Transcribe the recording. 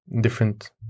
different